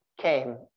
came